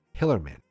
Hillerman